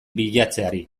bilatzeari